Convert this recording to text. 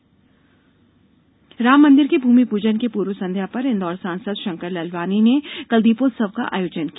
लालवानी राम मंदिर के भूमि पूजन की पूर्व संध्या पर इंदौर सांसद शंकर लालवानी ने कल दीपोत्सव का आयोजन किया